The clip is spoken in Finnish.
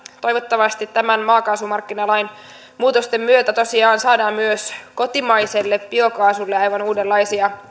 toivottavasti tämän maakaasumarkkinalain muutosten myötä tosiaan saadaan myös kotimaiselle biokaasulle aivan uudenlaisia